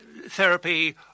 therapy